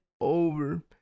Over